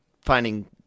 finding